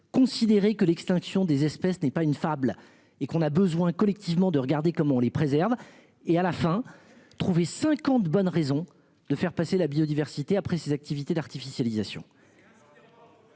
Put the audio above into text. considéré que l'extinction des espèces n'est pas une fable et qu'on a besoin, collectivement, de regarder comment on les préserve et à la fin. Trouver 50 bonnes raisons de faire passer la biodiversité après ses activités d'artificialisation.